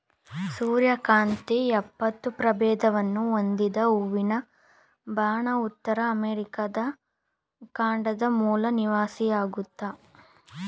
ಸೂರ್ಯಕಾಂತಿ ಎಪ್ಪತ್ತು ಪ್ರಭೇದವನ್ನು ಹೊಂದಿದ ಹೂವಿನ ಬಣ ಉತ್ತರ ಅಮೆರಿಕ ಖಂಡದ ಮೂಲ ನಿವಾಸಿಯಾಗಯ್ತೆ